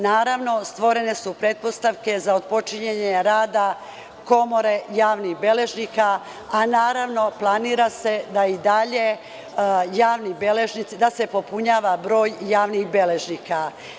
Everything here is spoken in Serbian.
Naravno, stvorene su pretpostavke za otpočinjanje rada komore javnih beležnika, a naravno planira se da se i dalje popunjava broj javnih beležnika.